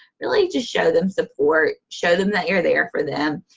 really just show them support. show them that you're there for them.